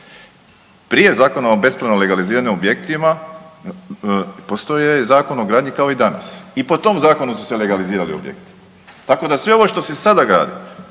Prije zakona o bespravno legaliziranim objektima postojao je Zakon o gradnji kao i danas i po tom zakonu su se legalizirali objekti. Tako da sve ovo što se sada gradi,